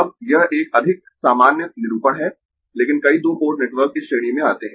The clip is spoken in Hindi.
अब यह एक अधिक सामान्य निरूपण है लेकिन कई दो पोर्ट नेटवर्क इस श्रेणी में आते है